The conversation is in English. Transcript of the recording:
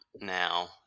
now